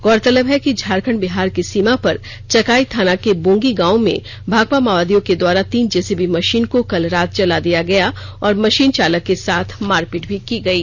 गौरतलब है कि झारखंड बिहार की सीमा पर चकाई थाना के बोंगी गांव में भाकपा माओवादियों के द्वारा तीन जेसीबी मशीन को कल रात जला दिया गया और मषीन चालक के साथ मारपीट भी की गयी